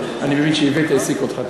אני מבין שאיווט העסיק אותך,